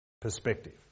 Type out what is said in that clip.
perspective